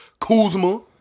Kuzma